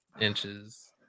inches